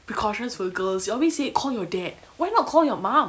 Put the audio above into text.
precautions for the girls they always say call your dad why not call your mom